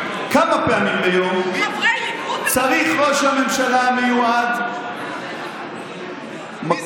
כמה פעמים ביום צריך ראש הממשלה המיועד לפרסם הבהרות,